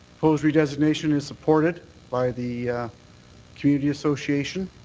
proposed redesignation is supported by the community association.